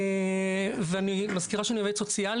אני מזכירה שאני עובדת סוציאלית,